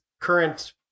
current